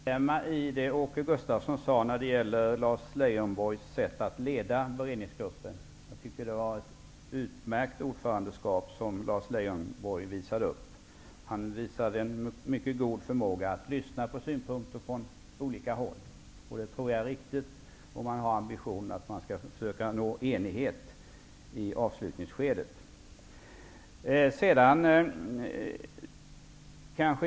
Herr talman! Jag vill gärna instämma i det Åke Gustavsson sade när det gäller Lars Leijonborgs sätt att leda beredningsgruppen. Jag tycker att det var ett utmärkt ordförandeskap som Lars Leijonborg visade upp. Han visade en mycket god förmåga att lyssna på synpunkter från olika håll. Det tror jag är riktigt om man har ambitionen att försöka nå enighet i avslutningsskedet.